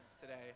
today